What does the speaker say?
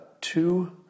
two